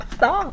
Stop